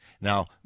Now